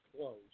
close